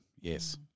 Yes